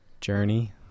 journey